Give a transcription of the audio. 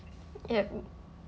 yup